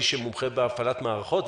איש שמומחה בהפעלת מערכות,